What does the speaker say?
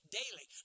daily